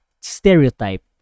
stereotype